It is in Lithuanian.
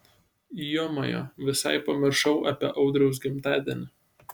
jomajo visai pamiršau apie audriaus gimtadienį